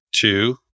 Two